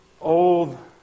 old